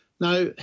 Now